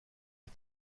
est